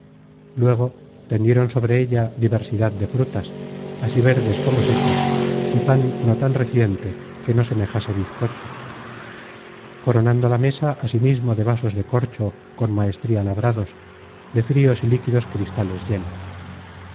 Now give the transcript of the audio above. luego tendieron sobre ella diversidad de frutas así verdes como secas y pan no tan reciente que no semejase bizcocho coronando la mesa asimismo de vasos de corcho con maestría labrados de frios y líquidos cristales llenos